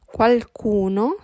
Qualcuno